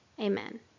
amen